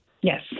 Yes